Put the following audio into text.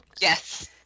yes